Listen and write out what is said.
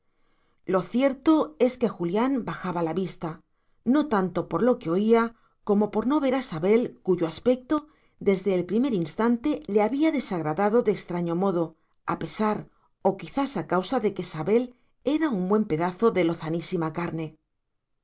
lo cierto es que julián bajaba la vista no tanto por lo que oía como por no ver a sabel cuyo aspecto desde el primer instante le había desagradado de extraño modo a pesar o quizás a causa de que sabel era un buen pedazo de lozanísima carne